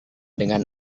dengan